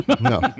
No